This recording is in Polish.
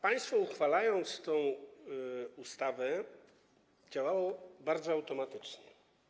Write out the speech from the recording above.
Państwo, uchwalając tę ustawę, działaliście bardzo automatycznie.